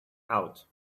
out